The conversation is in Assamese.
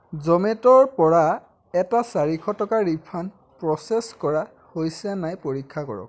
জমেট'ৰ পৰা এটা চাৰিশ টকাৰ ৰিফাণ্ড প্ৰচেছ কৰা হৈছে নাই পৰীক্ষা কৰক